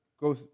go